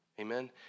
Amen